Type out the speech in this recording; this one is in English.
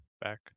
back